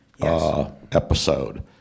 ...episode